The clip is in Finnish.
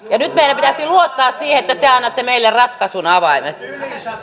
ja nyt meidän pitäisi luottaa siihen että te annatte meille ratkaisun avaimet